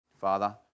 Father